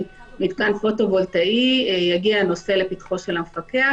מתקן פוטו-וולטאי יגיע הנושא לפתחו של המפקח,